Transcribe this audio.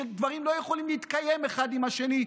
שדברים לא יכולים להתקיים אחד עם השני,